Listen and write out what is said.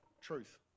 truth